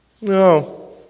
No